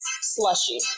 slushy